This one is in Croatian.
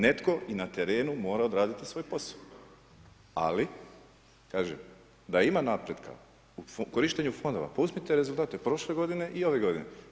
Netko i na terenu mora odraditi svoj posao, ali kažem, da ima napretka u korištenju Fondova, pa uzmite rezultate prošle godine i ove godine.